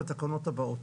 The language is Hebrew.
אז בתקנות הבאות.